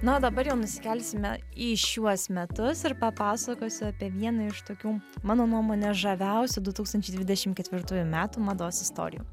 na o dabar jau nusikelsime į šiuos metus ir papasakosiu apie vieną iš tokių mano nuomone žaviausių du tūkstančiai dvidešim ketvirtųjų metų mados istorijų